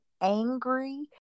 angry